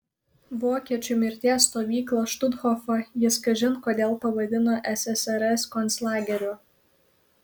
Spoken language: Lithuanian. vokiečių mirties stovyklą štuthofą jis kažin kodėl pavadino ssrs konclageriu